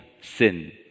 sin